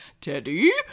Teddy